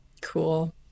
Cool